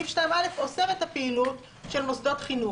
סעיף 2(א) אוסר את הפעילות של מוסדות חינוך.